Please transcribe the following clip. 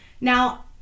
Now